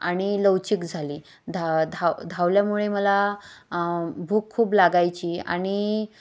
आणि लवचिक झाली धा धाव धावल्यामुळे मला भूक खूप लागायची आणि